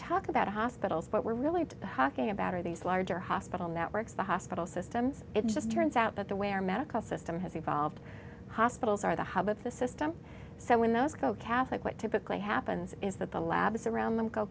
talk about hospitals what we're really talking about are these larger hospital networks the hospital systems it just turns out that the way our medical system has evolved hospitals are the hub of the system so when those go catholic what typically happens is that the labs around them go